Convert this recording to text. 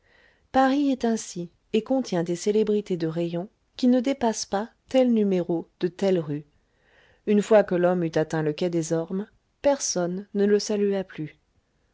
paris est ainsi et contient des célébrités de rayon qui ne dépassent pas tel numéro de telle rue une fois que l'homme eut atteint le quai des ormes personne ne le salua plus